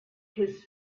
his